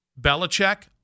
Belichick